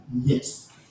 yes